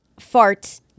Farts